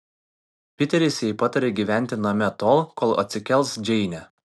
piteris jai patarė pagyventi name tol kol atsikels džeinė